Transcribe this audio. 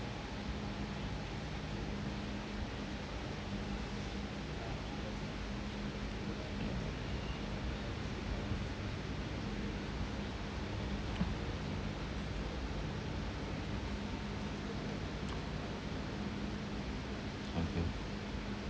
okay